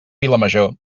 vilamajor